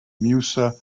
musa